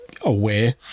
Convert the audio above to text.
aware